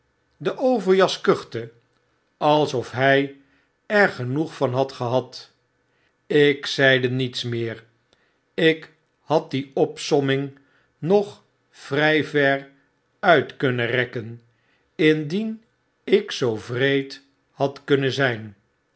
de overjas kuchte alsof hy er genoeg van had gehad ik zeide niets meer ik had die opsomming nog vry ver uit kunnen rekken indien ik zoo wreed had kunnen zyn